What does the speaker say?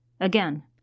Again